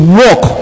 walk